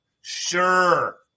Sure